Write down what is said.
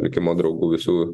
likimo draugų visų